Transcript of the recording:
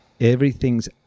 everything's